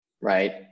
right